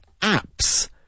apps